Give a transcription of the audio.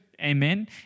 Amen